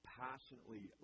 passionately